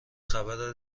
خبر